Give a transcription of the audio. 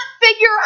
figure